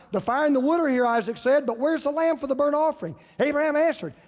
the fire and the wood are here, isaac said but where's the lamb for the burnt offering? abraham answered,